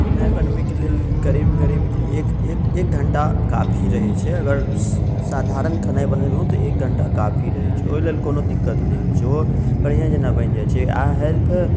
खेनाइ बनबैके लेल करीब करीब एक एक एक घन्टा काफी रहै छै अगर साधारण खेनाइ बनेलहुँ तऽ एक घन्टा काफी रहै छै ओहिलेल कोनो दिक्कत नहि होइ छै ओ बढ़िआँ जेना बनि जाइ छै आओर हेल्प